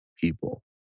people